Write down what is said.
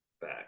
back